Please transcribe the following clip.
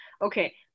okay